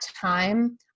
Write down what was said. time